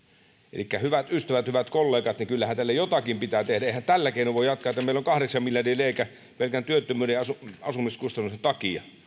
elikkä hyvät ystävät hyvät kollegat kyllähän tälle jotakin pitää tehdä eihän tällä keinoin voi jatkaa että meillä on kahdeksan miljardin reikä pelkän työttömyyden ja asumiskustannusten takia